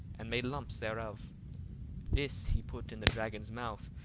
and made lumps thereof this he put in the dragon's mouth,